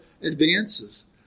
advances